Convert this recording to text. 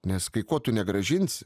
nes kai ko tu negrąžinsi